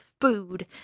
food